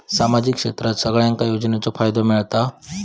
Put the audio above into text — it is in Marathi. सामाजिक क्षेत्रात सगल्यांका योजनाचो फायदो मेलता?